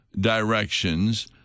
directions